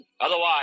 Otherwise